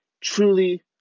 truly